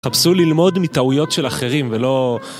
חפשו ללמוד מטעויות של אחרים ולא...